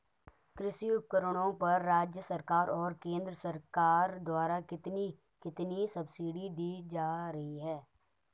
कृषि उपकरणों पर राज्य सरकार और केंद्र सरकार द्वारा कितनी कितनी सब्सिडी दी जा रही है?